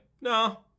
No